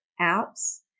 apps